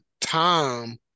time